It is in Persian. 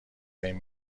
بین